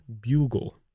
Bugle